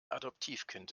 adoptivkind